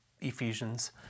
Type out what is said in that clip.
Ephesians